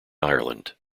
ireland